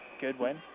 Goodwin